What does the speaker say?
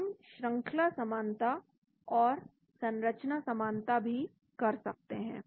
हम श्रंखला समानता और संरचना समानता भी कर सकते हैं